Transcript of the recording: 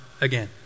again